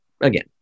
again